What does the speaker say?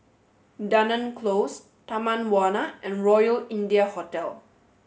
Dunearn Close Taman Warna and Royal India Hotel